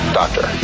doctor